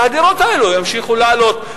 ומחירי הדירות האלה ימשיכו לעלות.